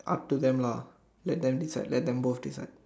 up to them lah let them decide let them both decide